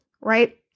right